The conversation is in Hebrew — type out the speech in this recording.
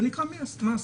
זה נקרא מס.